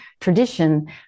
tradition